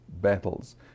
battles